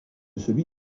celui